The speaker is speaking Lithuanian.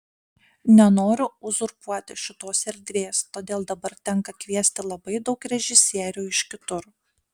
nenoriu uzurpuoti šitos erdvės todėl dabar tenka kviesti labai daug režisierių iš kitur